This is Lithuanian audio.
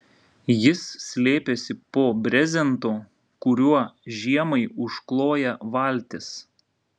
jis slėpėsi po brezentu kuriuo žiemai užkloja valtis